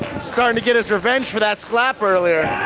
starting to get his revenge for that slap earlier.